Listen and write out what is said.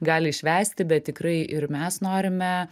gali švęsti bet tikrai ir mes norime